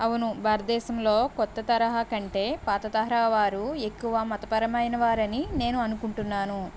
అవును భారతదేశంలో కొత్త తరహా కంటే పాత తరహా వారు ఎక్కువ మతపరమైన వారని నేను అనుకుంటున్నాను